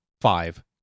five